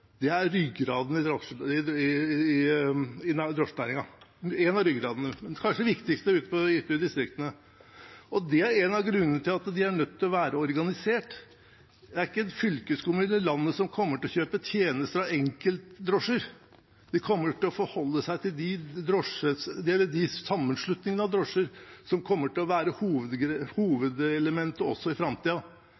innkjøp er ryggraden i drosjenæringen – en av ryggradene, kanskje den viktigste ute i distriktene. Det er en av grunnene til at de er nødt til å være organisert. Det er ikke en fylkeskommune i landet som kommer til å kjøpe tjenester av enkeltdrosjer, de kommer til å forholde seg til de sammenslutningene av drosjer som kommer til å være